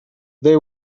they